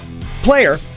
player